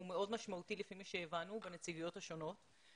הוא מאוד משמעותי לפי מה שהבנו בנציגויות השונות.